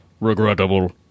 Regrettable